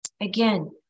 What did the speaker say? Again